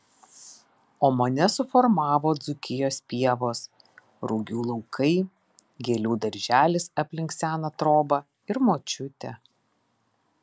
o mane suformavo dzūkijos pievos rugių laukai gėlių darželis aplink seną trobą ir močiutė